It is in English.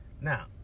Now